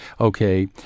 Okay